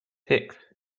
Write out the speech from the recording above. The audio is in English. six